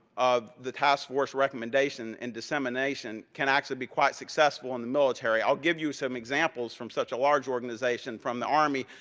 of the task force recommendation in dissemination can actually be quite successful in the military. i'll give you some examples from such a large organization, from the army,